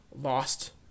lost